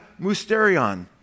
musterion